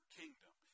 kingdom